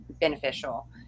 beneficial